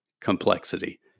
complexity